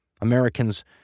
Americans